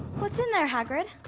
what's in there, hagrid?